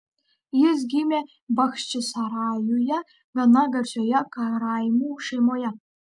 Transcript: jis gimė bachčisarajuje gana garsioje karaimų šeimoje